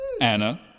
Anna